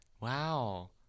Wow